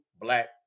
black